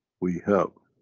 we have